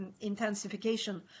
intensification